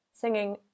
singing